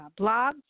blogs